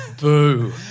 Boo